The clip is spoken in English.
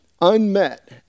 Unmet